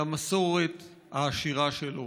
למסורת העשירה שלו,